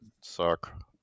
suck